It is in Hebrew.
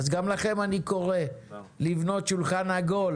גם לכם אני קורא לבנות שולחן עגול